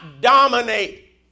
dominate